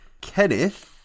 Kenneth